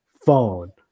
phone